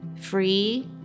free